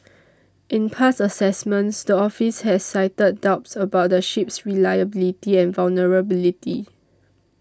in past assessments the office has cited doubts about the ship's reliability and vulnerability